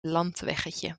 landweggetje